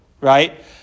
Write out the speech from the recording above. Right